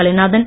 Kalainathan